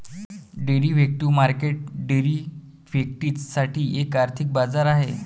derivative market derivatives साठी एक आर्थिक बाजार आहे